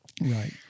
Right